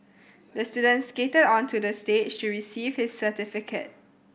the student skated onto the stage to receive his certificate